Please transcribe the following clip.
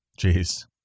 Jeez